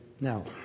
Now